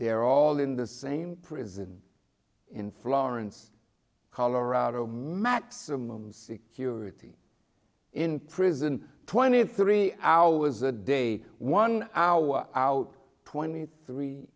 they're all in the same prison in florence colorado maximum security in prison twenty three hours a day one hour out twenty three